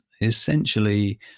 Essentially